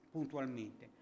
Puntualmente